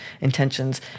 intentions